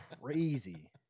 crazy